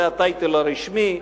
זה הטייטל הרשמי,